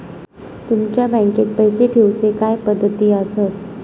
तुमच्या बँकेत पैसे ठेऊचे काय पद्धती आसत?